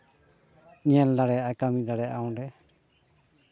ᱧᱮᱞ ᱫᱟᱲᱮᱭᱟᱜᱼᱟᱭ ᱠᱟᱹᱢᱤ ᱫᱟᱲᱮᱭᱟᱜᱼᱟᱭ ᱚᱸᱰᱮ